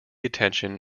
attention